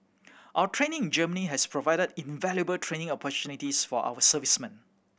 our training in Germany has provided invaluable training opportunities for our servicemen